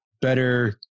better